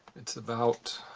it's about